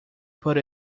put